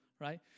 right